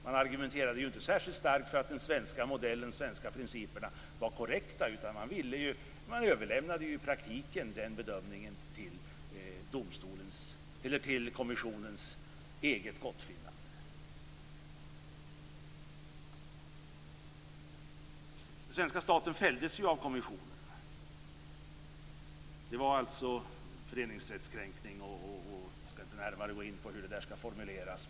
Man argumenterade ju inte särskilt starkt för att den svenska modellen och de svenska principerna var korrekta, utan man överlämnade i praktiken den bedömningen till kommissionens eget gottfinnande. Svenska staten fälldes av kommissionen. Det var alltså föreningsrättskränkning. Jag skall inte närmare gå in på hur det skall formuleras.